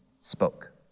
spoke